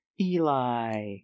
Eli